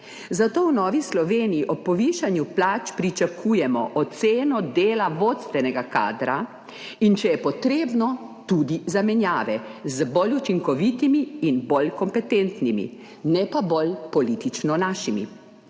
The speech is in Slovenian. Zato v Novi Sloveniji ob povišanju plač pričakujemo oceno dela vodstvenega kadra in, če je potrebno, tudi zamenjave z bolj učinkovitimi in bolj kompetentnimi, ne pa bolj politično našimi.